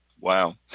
wow